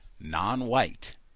non-white